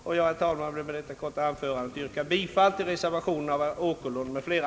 Jag vill, herr talman, med detta korta anförande yrka bifall till reservationen av herr Åkerlund m.fl.